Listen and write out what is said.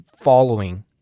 following